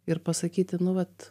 ir pasakyti nu vat